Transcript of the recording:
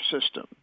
system